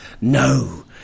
No